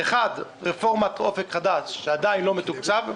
אחד - רפורמת אופק חדש שעדיין לא מתוקצב.